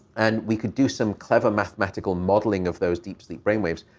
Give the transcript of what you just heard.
and we could do some clever mathematical modeling of those deep sleep brain waves.